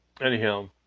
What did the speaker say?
anyhow